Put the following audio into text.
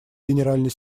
генеральный